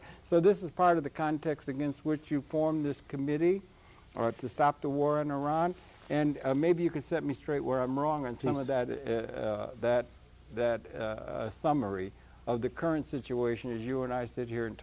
e so this is part of the context against were to form this committee to stop the war in iran and maybe you could set me straight where i'm wrong and some of that is that that summary of the current situation as you and i sit here and